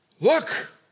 look